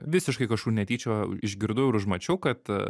visiškai kažkur netyčia išgirdau ir užmačiau kad